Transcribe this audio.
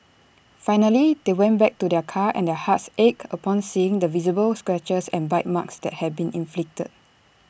finally they went back to their car and their hearts ached upon seeing the visible scratches and bite marks that had been inflicted